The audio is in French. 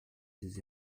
des